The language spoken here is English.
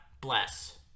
bless